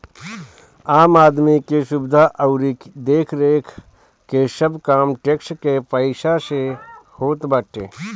आम आदमी के सुविधा अउरी देखरेख के सब काम टेक्स के पईसा से होत बाटे